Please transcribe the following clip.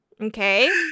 Okay